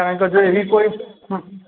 કારણ કે જો એવી કોઈ